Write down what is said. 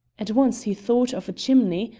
at once he thought of a chimney,